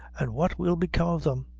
and what will become of them?